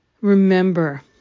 remember